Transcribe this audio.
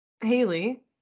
Haley